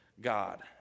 God